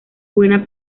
buena